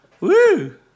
Woo